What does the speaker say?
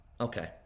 Okay